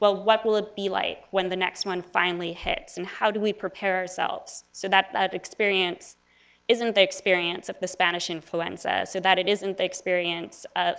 well, what will it be like when the next one finally hits? and how do we prepare ourselves so that that experience isn't the experience of the spanish influenza? so that it is the experience of